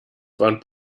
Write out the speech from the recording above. warnt